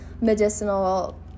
medicinal